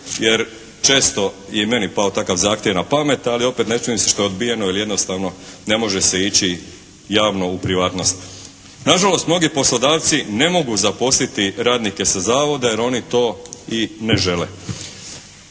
jer često je meni pao takav zahtjev na pamet ali opet ne čudim se što je odbijeno ili jednostavno ne može se ići javno u privatnost. Na žalost mnogi poslodavci ne mogu zaposliti radnike sa zavoda jer oni to i ne žele.